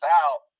out